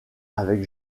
avec